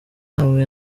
hamwe